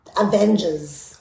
Avengers